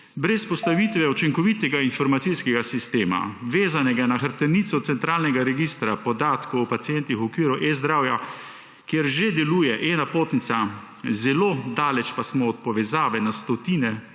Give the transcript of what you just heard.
Brez postavitve učinkovitega informacijskega sistema, vezanega na hrbtenico centralnega registra podatkov o pacientih v okviru eZdravja, kjer že deluje eNapotnica. Zelo daleč pa smo od povezave na stotine